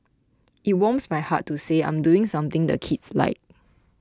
it warms my heart to say I'm doing something the kids like